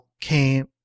came